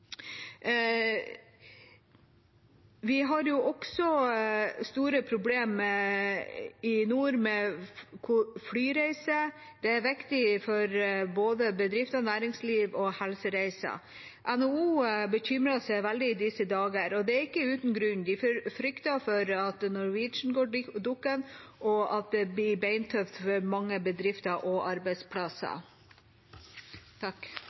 Vi har også store problemer i nord med flyreiser. Det er viktig for både bedrifter, næringsliv og helsereiser. NHO bekymrer seg veldig i disse dager, og det er ikke uten grunn. De frykter for at Norwegian går dukken, og at det blir beintøft for mange bedrifter og arbeidsplasser.